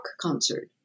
concert